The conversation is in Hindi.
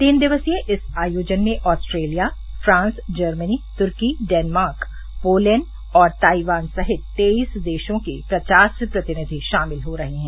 तीन दिवसीय इस आयोजन में आस्ट्रेलिया फ्रांस जर्मनी तुर्की डेनमार्क पोलेण्ड और ताईवान सहित तेईस देशों के पचास प्रतिनिधि शामिल हो रहे हैं